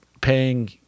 paying